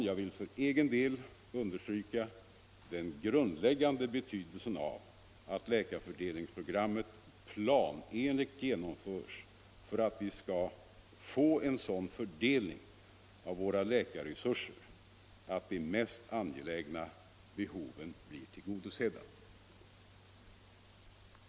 Jag vill för egen del understryka den grundläggande betydelsen av att hela läkarfördelningsprogrammet planenligt genomförs för att vi skall få en sådan fördelning av våra läkarresurser att de mest angelägna behoven blir tillgodosedda.